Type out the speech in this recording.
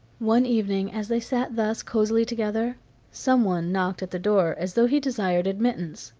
one evening as they sat thus cosily together someone knocked at the door as though he desired admittance.